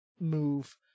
move